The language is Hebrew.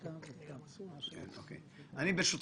אני חושב